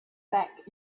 back